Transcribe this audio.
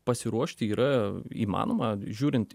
pasiruošti yra įmanoma žiūrint